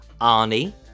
Arnie